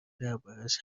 دربارهاش